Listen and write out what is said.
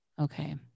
Okay